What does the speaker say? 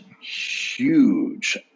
huge